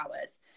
hours